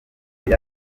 yari